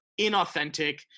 inauthentic